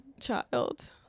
Child